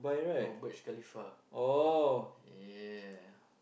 oh Burj-Khalifa ya